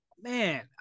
Man